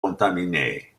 contaminé